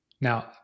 Now